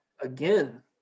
again